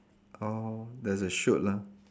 oh there's a shoot lah